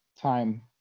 time